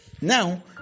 now